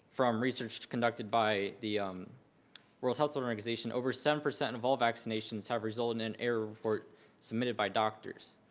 from research conducted by the world health organization. over seven percent of all vaccinations have resulted in an error report submitted by doctors.